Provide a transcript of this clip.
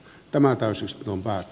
tämä keskeytetään